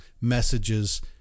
messages